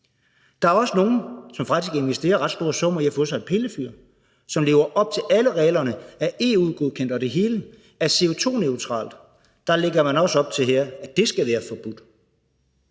Der er også nogle, som faktisk investerer ret store summer i at få sig et pillefyr, som lever op til alle reglerne, er EU-godkendt og det hele, er CO2-neutralt, men der lægger man også op til her, at det skal være forbudt.